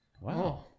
Wow